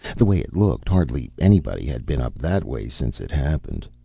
the way it looked, hardly anybody had been up that way since it happened.